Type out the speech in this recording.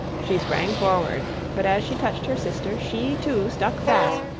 she sprang forward, but as she touched her sister she too stuck fast,